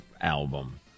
album